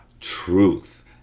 truth